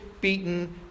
beaten